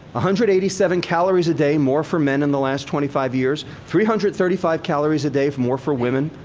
a hundred eighty-seven calories a day more for men in the last twenty five years. three hundred thirty-five calories a day more for women.